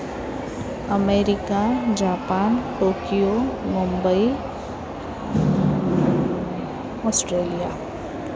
America Japan Tokyo Mumbai Australia